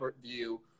view